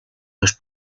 los